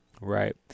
Right